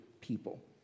people